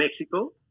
Mexico